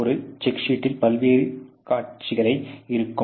ஒரு செக் ஷீட்டில் பல்வேறு காட்சிகள் இருக்கும்